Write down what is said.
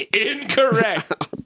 Incorrect